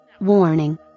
Warning